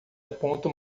aponta